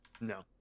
No